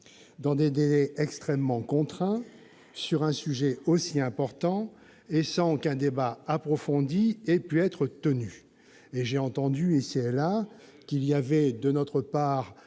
dans des délais extrêmement contraints, sur un sujet aussi important, sans qu'un débat approfondi ait pu être tenu. C'est un scandale ! J'ai entendu ici ou là qu'il y avait, de notre part,